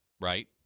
Right